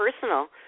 personal